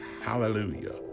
Hallelujah